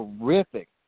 terrific